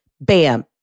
bam